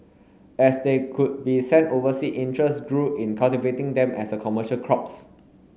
as they could be sent oversea interest grew in cultivating them as a commercial crops